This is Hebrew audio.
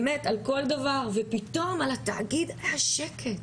באמת על כל דבר, ופתאום על התאגיד היה שקט.